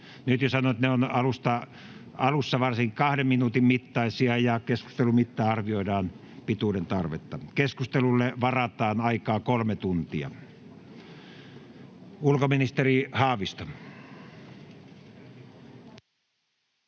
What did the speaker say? Nyt jo sanon, että ne ovat alussa 2 minuutin mittaisia ja keskustelun mittaan arvioidaan pituuden tarvetta. Keskustelulle varataan aikaa 3 tuntia. — Ulkoministeri Haavisto.